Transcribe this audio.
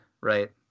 right